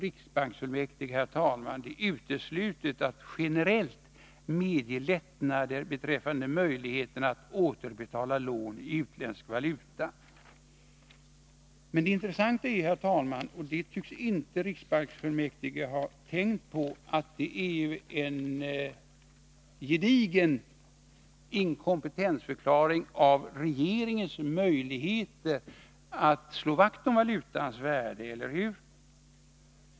Riksbanksfullmäktige anser det därför uteslutet att generellt medge lättnader beträffande möjligheterna att återbetala lån i utländsk valuta.” Men det intressanta är — och det tycks inte riksbanksfullmäktige ha tänkt på — att det är en gedigen inkompetensförklaring i fråga om regeringens möjligheter att slå vakt om valutans värde. Eller hur?